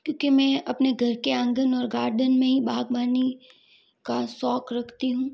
क्योंकि मैं अपने घर के आँगन और गार्डन में ही बागवानी का शौक रखती हूँ